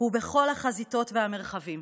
והוא בכל החזיתות והמרחבים,